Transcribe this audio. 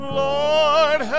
lord